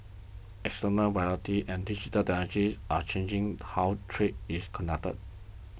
external and digital technologies are changing how trade is conducted